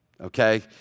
Okay